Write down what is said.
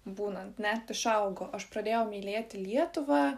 būnant net išaugo aš pradėjau mylėti lietuvą